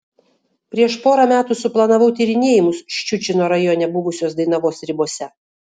prieš porą metų suplanavau tyrinėjimus ščiučino rajone buvusios dainavos ribose